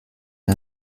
der